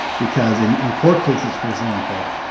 because in in court cases, for example,